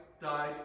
died